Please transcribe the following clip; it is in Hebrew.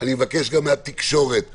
אני מבקש גם מהתקשורת לדעת,